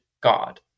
God